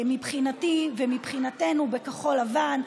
מבחינתי ומבחינתנו בכחול לבן,